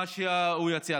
מה שהוא יציע.